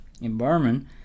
environment